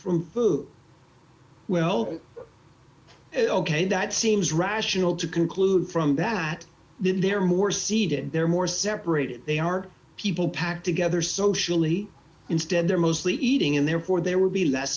from food well ok that seems rational to conclude from that there are more seeded they're more separated they are people packed together socially instead they're mostly eating and therefore there would be less